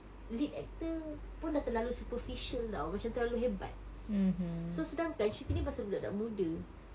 lead actor pun dah terlalu superficial [tau] macam terlalu hebat so sedangkan cerita ni pasal budak-budak muda